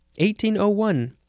1801